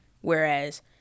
Whereas